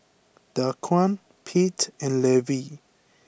Daquan Pete and Levie